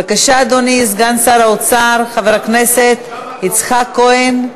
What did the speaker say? בבקשה, אדוני, סגן שר האוצר חבר הכנסת יצחק כהן.